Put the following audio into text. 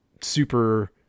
super